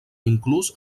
inclús